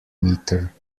meter